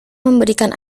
memberikan